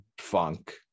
funk